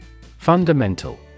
Fundamental